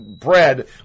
bread